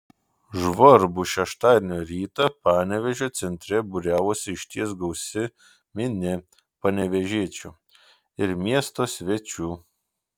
žvarbų šeštadienio rytą panevėžio centre būriavosi išties gausi minia panevėžiečių ir miesto svečių